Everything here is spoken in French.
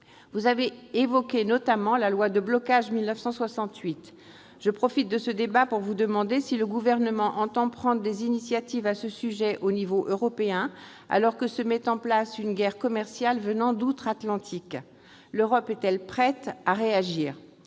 Vous avez évoqué, notamment, la loi de blocage de 1968. Je profite de ce débat pour vous demander si le Gouvernement entend prendre des initiatives à ce sujet au niveau européen. Alors que se met en place une guerre commerciale venant d'outre-Atlantique, l'Europe est-elle prête à réagir ?